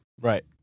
Right